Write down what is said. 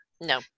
No